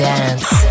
Dance